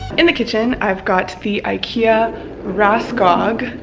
in the kitchen, i've got the ikea raskog,